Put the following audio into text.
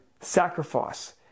sacrifice